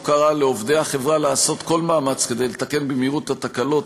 הוא קרא לעובדי החברה לעשות כל מאמץ כדי לתקן במהירות את התקלות,